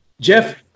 Jeff